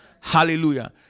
Hallelujah